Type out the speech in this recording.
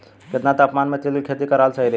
केतना तापमान मे तिल के खेती कराल सही रही?